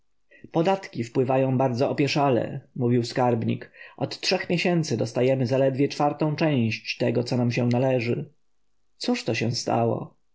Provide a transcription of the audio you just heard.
podatki wpływają bardzo opieszale mówił skarbnik od trzech miesięcy dostajemy zaledwie czwartą część tego co nam się należy cóż się to stało